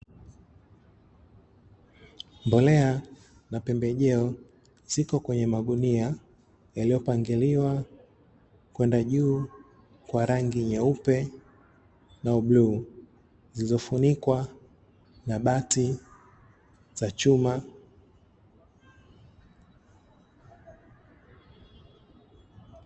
Mbolea na pembejeo ziko kwenye magunia yaliyopangiliwa kwenda juu kwa rangi nyeupe na bluu, zilizofunikwa na bati za chuma.